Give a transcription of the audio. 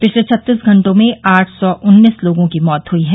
पिछले छत्तीस घंटों में आठ सौ उन्नीस लोगों की मौत हुई है